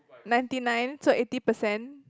ninety nine so eighty percent